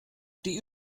die